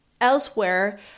elsewhere